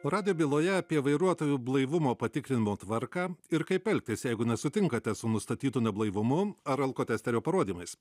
o radijo byloje apie vairuotojų blaivumo patikrinimo tvarką ir kaip elgtis jeigu nesutinkate su nustatytu neblaivumu ar alkotesterio parodymais